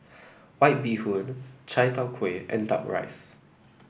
White Bee Hoon Chai Tow Kway and duck rice